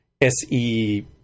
SE